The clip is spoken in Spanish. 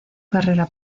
carrera